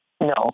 No